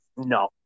No